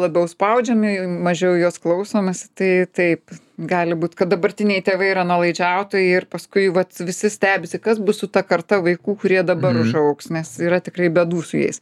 labiau spaudžiami mažiau juos klausomasi tai taip gali būt kad dabartiniai tėvai yra nuolaidžiautojai ir paskui vat visi stebisi kas bus su ta karta vaikų kurie dabar užaugs nes yra tikrai bėdų su jais